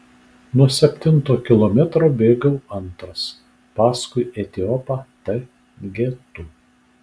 nuo septinto kilometro bėgau antras paskui etiopą t getu